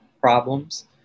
problems